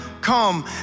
come